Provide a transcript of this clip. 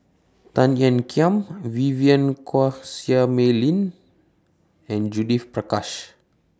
Tan Ean Kiam Vivien Quahe Seah Mei Lin and Judith Prakash